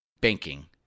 banking